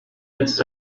its